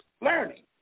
learning